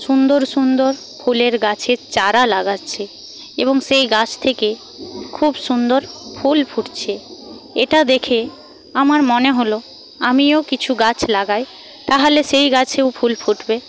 সুন্দর সুন্দর ফুলের গাছের চারা লাগাচ্ছে এবং সেই গাছ থেকে খুব সুন্দর ফুল ফুটছে এটা দেখে আমার মনে হল আমিও কিছু গাছ লাগাই তাহলে সেই গাছেও ফুল ফুটবে